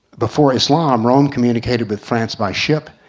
before islam rome communicated with france by ship.